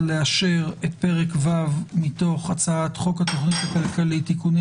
והצבעות בפרק ג' של הצעת חוק התכנית הכלכלית (תיקוני